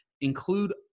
Include